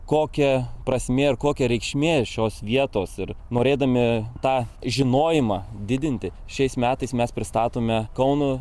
kokia prasmė ar kokia reikšmė šios vietos ir norėdami tą žinojimą didinti šiais metais mes pristatome kauno